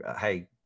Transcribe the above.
hey